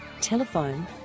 Telephone